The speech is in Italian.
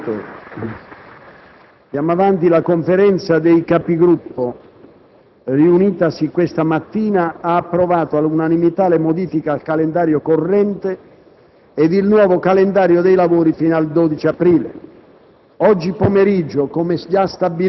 apre una nuova finestra"). La Conferenza dei Capigruppo, riunitasi questa mattina, ha approvato all'unanimità modifiche al calendario corrente e il nuovo calendario dei lavori fino al 12 aprile.